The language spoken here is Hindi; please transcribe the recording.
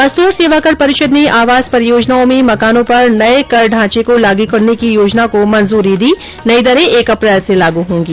वस्तु और सेवाकर परिषद ने आवास परियोजनाओं में मकानों पर नये कर ढांचे को लागू करने की योजना को मंजूरी दी नई दरें एक अप्रैल से लागू होगी